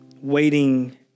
waiting